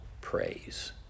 praise